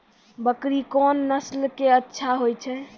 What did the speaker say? बकरी कोन नस्ल के अच्छा होय छै?